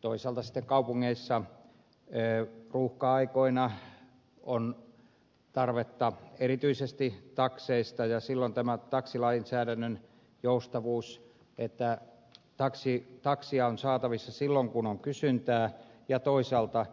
toisaalta sitten kaupungeissa on erityisesti ruuhka aikoina taksien tarvetta ja silloin on tärkeää tämä taksilainsäädännön joustavuus että taksi on saatavissa silloin kun on kysyntää ja toisaalta